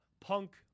punk